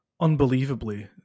Unbelievably